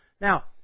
Now